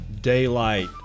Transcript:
Daylight